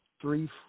three